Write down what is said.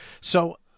So-